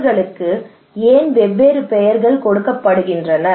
அவர்களுக்கு ஏன் வெவ்வேறு பெயர்கள் கொடுக்கப்படுகின்றன